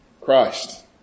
Christ